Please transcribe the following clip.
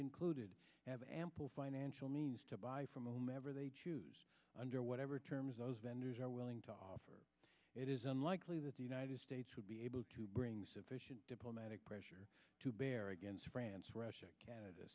including have ample financial means to buy from them ever they choose under whatever terms those vendors are willing to offer it is unlikely that the united states would be able to bring sufficient diplomatic pressure to bear against france russia canada